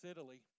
Italy